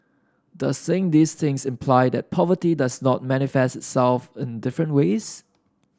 does saying these things imply that poverty does not manifest itself in different ways